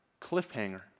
cliffhanger